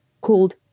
called